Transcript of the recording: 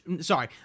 sorry